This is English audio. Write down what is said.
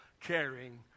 caring